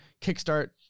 kickstart